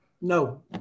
No